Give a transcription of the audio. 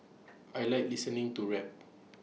I Like listening to rap